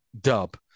dub